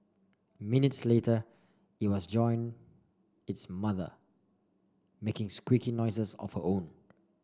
minutes later it was joined its mother making squeaky noises of her own